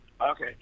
Okay